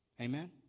Amen